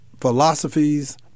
philosophies